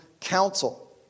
counsel